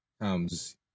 comes